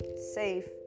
safe